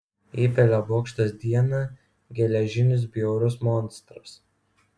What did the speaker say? eifelio bokštas dieną geležinis bjaurus monstras